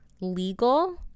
legal